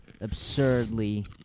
absurdly